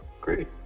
Great